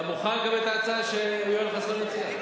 אתה מוכן לקבל את ההצעה שיואל חסון הציע?